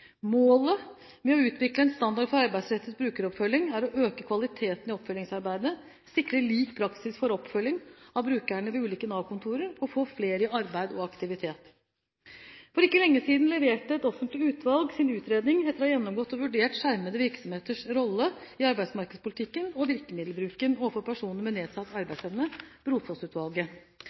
Målet med å utvikle en standard for arbeidsrettet brukeroppfølging er å øke kvaliteten i oppfølgingsarbeidet, sikre lik praksis for oppfølging av brukere ved ulike Nav-kontor og få flere i arbeid og aktivitet. For ikke lenge siden leverte et offentlig utvalg sin utredning etter å ha gjennomgått og vurdert skjermede virksomheters rolle i arbeidsmarkedspolitikken og virkemiddelbruken overfor personer med nedsatt arbeidsevne,